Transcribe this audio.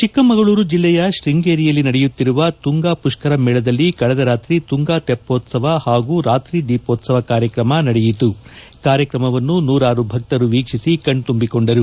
ಚಿಕ್ಕಮಗಳೂರು ಜಿಲ್ಲೆಯ ಶ್ವಂಗೇರಿಯಲ್ಲಿ ನಡೆಯುತ್ತಿರುವ ತುಂಗಾ ಪುಷ್ಕರ ಮೇಳದಲ್ಲಿ ಕಳೆದ ರಾತ್ರಿ ತುಂಗಾ ತೆಪ್ಪೋತ್ಸವ ಹಾಗು ರಾತ್ರಿ ದೀಪೋತ್ಸವ ಕಾರ್ಯಕ್ರಮ ನಡೆಯಿತು ಕಾರ್ಯಕ್ರಮವನ್ನು ನೂರಾರು ಭಕ್ತರು ವೀಕ್ಷಿಸಿ ಕಣ್ತುಂಬಿಕೊಂಡರು